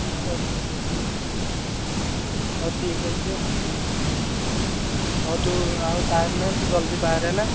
ହଁ ରେ ମୁଁ ବୁଝିକି ହଉ ଠିକ୍ ଅଛି ଆଉ ହଉ ତୁ ଆଉ ଟାଇମ୍ ନାହିଁ ତୁ ଜଲ୍ଦି ବାହାରେ ହେଲା